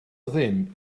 ddim